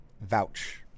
Vouch